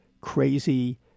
crazy